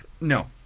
No